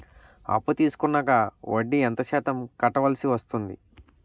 అప్పు తీసుకున్నాక వడ్డీ ఎంత శాతం కట్టవల్సి వస్తుంది?